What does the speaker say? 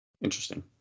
Interesting